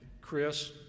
Chris